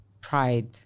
pride